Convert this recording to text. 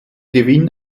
gewinn